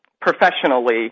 professionally